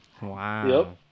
Wow